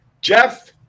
Jeff